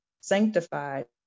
sanctified